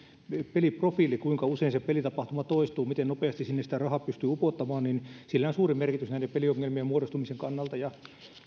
peliprofiili kuinka usein se pelitapahtuma toistuu miten nopeasti sinne sitä rahaa pystyy upottamaan sillä on suuri merkitys näiden peliongelmien muodostumisen kannalta ja